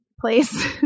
place